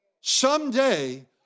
someday